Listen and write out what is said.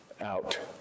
out